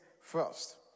First